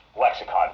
lexicon